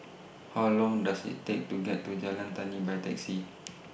How Long Does IT Take to get to Jalan Tani By Taxi